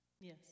yes